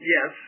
Yes